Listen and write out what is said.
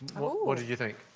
what did you think?